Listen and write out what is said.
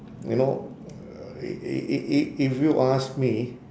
you know uh i~ i~ i~ i~ if you ask me